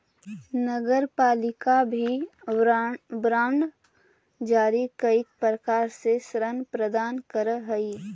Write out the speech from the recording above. नगरपालिका भी बांड जारी कईक प्रकार से ऋण प्राप्त करऽ हई